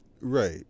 Right